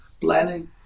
planning